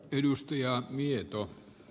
arvoisa puhemies